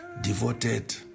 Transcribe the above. Devoted